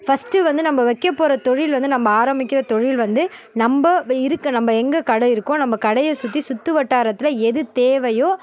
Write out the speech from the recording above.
first வந்து நம்ப வைக்க போகற தொழில் வந்து நம்ப ஆரமிக்கிற தொழில் வந்து நம்ப வ இருக்கு நம்ப எங்கே கடை இருக்கோ நம்ப கடையை சுற்றி சுற்றி வட்டாரத்தில் எது தேவையோ